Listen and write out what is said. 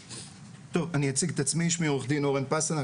שמי עורך דין אורן פסטרנק,